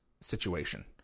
situation